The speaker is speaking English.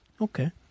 Okay